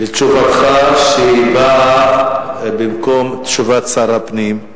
לתשובתך, שבאה במקום תשובת שר הפנים.